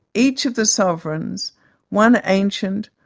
each of the sovereigns one ancient,